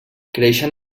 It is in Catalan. creixen